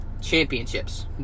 championships